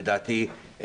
לדעתי,